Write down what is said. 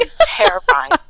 terrifying